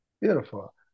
Beautiful